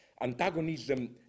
antagonism